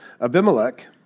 Abimelech